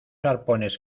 arpones